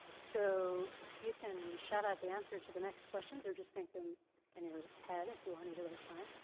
so you can shout out the answer to the next questions or just think them in your head if you want. either way is fine.